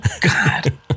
God